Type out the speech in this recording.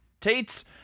Tate's